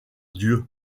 dieux